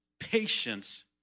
Patience